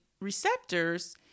receptors